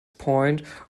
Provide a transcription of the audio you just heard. point